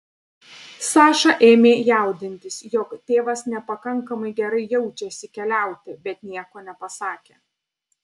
saša ėmė jaudintis jog tėvas nepakankamai gerai jaučiasi keliauti bet nieko nepasakė